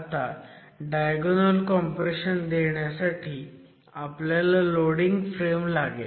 आता diagonal compression देण्यासाठी आपल्याला लोडिंग फ्रेम लागेल